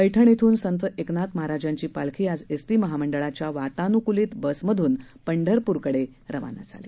पैठण इथून संत एकनाथ महाराजांची पालखी आज एस टी महामंडळाच्या वातान्कूलित बसमधून पंढरपूरकडे रवाना झाली